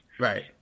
Right